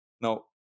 Now